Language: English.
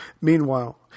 Meanwhile